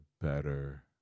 better